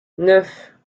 neuf